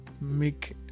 make